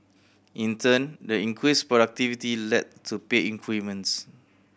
in turn the increased productivity led to pay increments